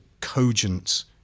cogent